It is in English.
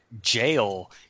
jail